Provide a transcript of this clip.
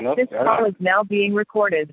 hello